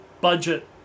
budget